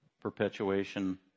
perpetuation